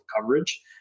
coverage